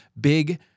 big